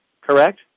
correct